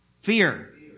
Fear